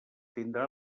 tindrà